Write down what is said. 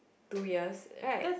two years right